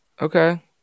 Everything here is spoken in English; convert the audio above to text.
Okay